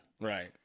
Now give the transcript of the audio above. Right